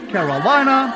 Carolina